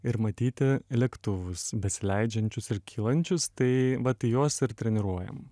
ir matyti lėktuvus besileidžiančius ir kylančius tai vat į juos ir treniruojam